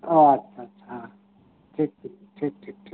ᱳᱟᱪᱪᱷᱟ ᱟᱪᱪᱷᱟ ᱦᱮᱸ ᱴᱷᱤᱠ ᱴᱷᱤᱠ